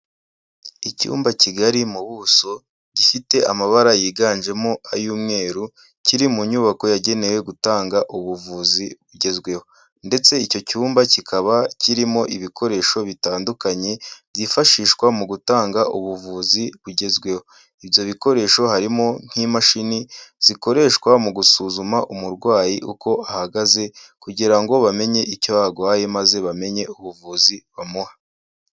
Icyumba kigari mu buso, gifite amabara yiganjemo ay'umweru, kiri mu nyubako yagenewe gutanga ubuvuzi bugezweho ndetse icyo cyumba kikaba kirimo ibikoresho bitandukanye byifashishwa mu gutanga ubuvuzi bugezweho. Ibyo bikoresho harimo nk'imashini zikoreshwa mu gusuzuma umurwayi uko ahagaze kugira ngo bamenye icyo agwaye maze bamenye ubuvuzi bamuha.